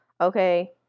Okay